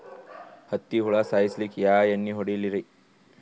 ಹತ್ತಿ ಹುಳ ಸಾಯ್ಸಲ್ಲಿಕ್ಕಿ ಯಾ ಎಣ್ಣಿ ಹೊಡಿಲಿರಿ?